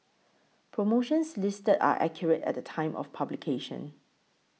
promotions listed are accurate at the time of publication